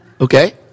Okay